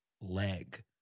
leg